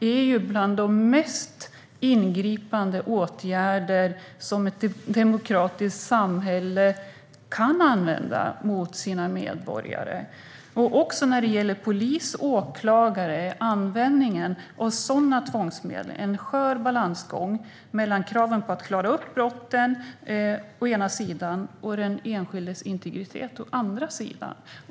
De är bland de mest ingripande åtgärder ett demokratiskt samhälle kan använda mot sina medborgare. När det gäller polis och åklagare är användningen av sådana tvångsmedel en skör balansgång mellan kraven på att å ena sidan klara upp brotten och att å andra sidan respektera den enskildes integritet.